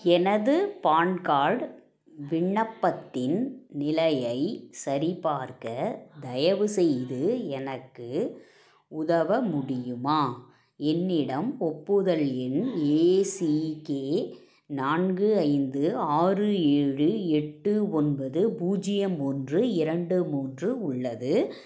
எனது PAN card விண்ணப்பத்தின் நிலையை சரிபார்க்க தயவுசெய்து எனக்கு உதவ முடியுமா என்னிடம் ஒப்புதல் எண் ஏ சி கே நான்கு ஐந்து ஆறு ஏழு எட்டு ஒன்பது பூஜ்ஜியம் ஒன்று இரண்டு மூன்று உள்ளது